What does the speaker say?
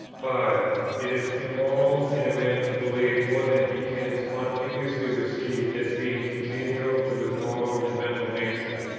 five. it is immoral in a man to believe more than he can spontaneously receive as being congenial to his moral and mental nature.